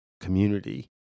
community